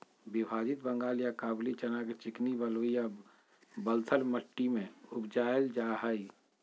विभाजित बंगाल या काबूली चना के चिकनी बलुई या बलथर मट्टी में उपजाल जाय हइ